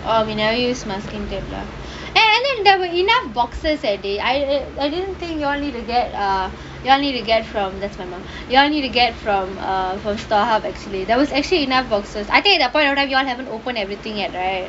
whenever use my lah there was enough boxes eh I just think you all need to get from you all need to get from err Starhub actually enough boxes